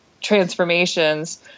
transformations